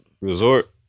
resort